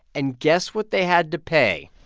and guess what they had to pay?